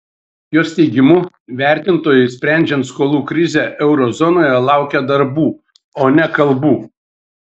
jos teigimu vertintojai sprendžiant skolų krizę euro zonoje laukia darbų o ne kalbų